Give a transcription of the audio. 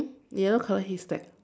yellow color his back